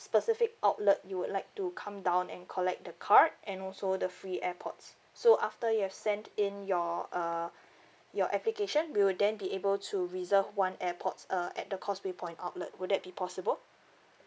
specific outlet you would like to come down and collect the card and also the free airpods so after you have sent in your uh your application we'll then be able to reserve one airpods uh at the causeway point outlet would that be possible